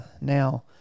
Now